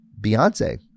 Beyonce